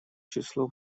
число